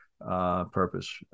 purpose